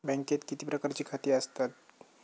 बँकेत किती प्रकारची खाती आसतात?